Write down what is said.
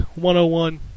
101